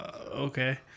okay